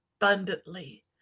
abundantly